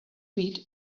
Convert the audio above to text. read